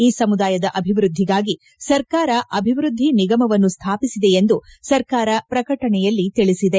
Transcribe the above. ಈ ಸಮುದಾಯದ ಅಭಿವೃದ್ಧಿಗಾಗಿ ಸರ್ಕಾರ ಅಭಿವೃದ್ಧಿ ನಿಗಮವನ್ನು ಸ್ಥಾಪಿಸಿದೆ ಎಂದು ಸರ್ಕಾರ ಪ್ರಕಟಣೆಯಲ್ಲಿ ತಿಳಿಸಿದೆ